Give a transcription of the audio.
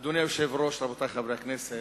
אדוני היושב-ראש, רבותי חברי הכנסת,